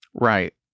right